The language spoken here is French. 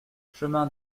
chemin